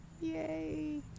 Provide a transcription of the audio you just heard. Yay